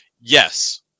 yes